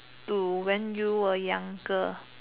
to when you were younger